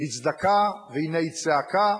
לצדקה והנה צעקה",